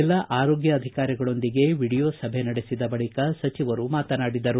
ಜಿಲ್ಲಾ ಆರೋಗ್ಯಾಧಿಕಾರಿಗಳೊಂದಿಗೆ ವೀಡಿಯೋ ಸಭೆ ನಡೆಸಿದ ಬಳಿಕ ಸಚಿವರು ಮಾತನಾಡಿದರು